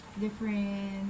different